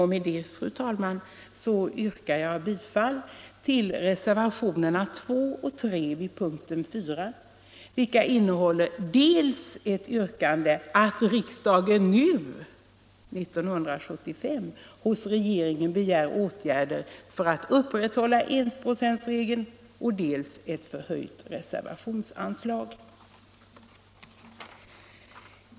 Med detta, fru talman, yrkar jag bifall till reservationerna 2 och 3 vid punkten 4, vilka innehåller dels ett yrkande att riksdagen nu — 1975 — hos regeringen begär åtgärder för att upprätthålla enprocentsregeln, dels yrkande om ett förhöjt reservationsanslag.